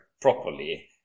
properly